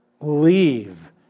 Leave